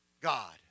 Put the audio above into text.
God